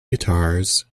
guitars